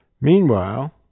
Meanwhile